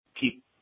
keep